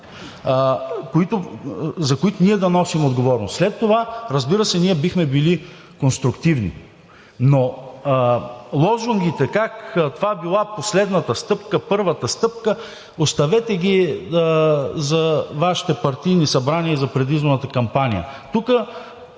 за които ние да носим отговорност. След това, разбира се, ние бихме били конструктивни. Но лозунгите как това била последната стъпка, първата стъпка, оставете ги за Вашите партийни събрания и за предизборната кампания. Тук